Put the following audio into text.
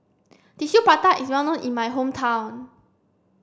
Tissue Prata is well known in my hometown